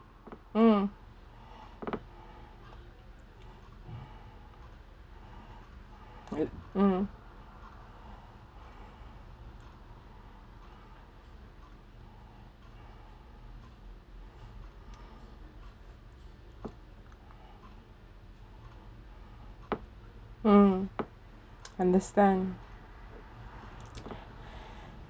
mm mm mm understand